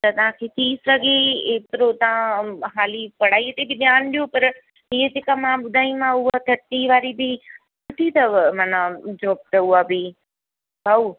त तव्हां खे थी सघे एतिरो तव्हां हाली पढ़ाई ते बि ध्यानु ॾियो पर हीअ जेका मां ॿुधाईंदीमांव हू टी वारी बि सुठी अथव मना विझोसि त उहा बि भाउ